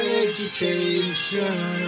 education